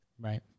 Right